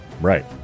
Right